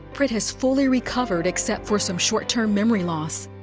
prit has fully recovered except for some short-term memory loss.